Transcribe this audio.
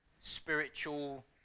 spiritual